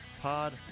pod